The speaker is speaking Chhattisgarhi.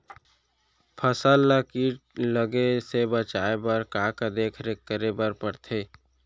फसल ला किट लगे से बचाए बर, का का देखरेख करे बर परथे?